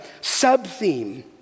sub-theme